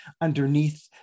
underneath